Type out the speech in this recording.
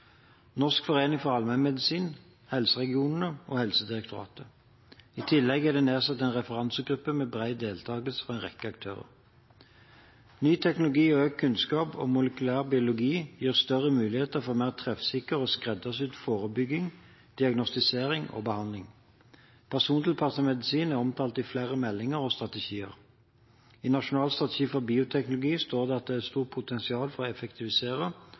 Norsk forening for allmennmedisin, helseregionene og Helsedirektoratet. I tillegg er det nedsatt en referansegruppe med bred deltakelse fra en rekke aktører. Ny teknologi og økt kunnskap om molekylær biologi gir større muligheter for mer treffsikker og skreddersydd forebygging, diagnostisering og behandling. Persontilpasset medisin er omtalt i flere meldinger og strategier. I Nasjonal strategi for bioteknologi står det at det er et stort potensial for å effektivisere